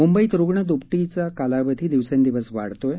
मुंबईत रुग्ण दुपट्टीचा कालावधी दिवसेंदिवस वाढतो आहे